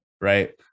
right